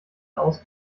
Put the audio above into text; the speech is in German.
aus